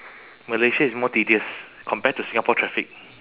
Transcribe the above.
malaysia is more tedious compare to singapore traffic